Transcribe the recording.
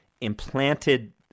implanted